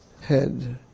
head